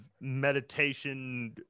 meditation